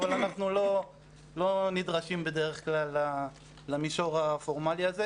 אבל אנחנו לא נדרשים בדרך כלל למישור הפורמלי הזה.